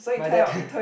my dad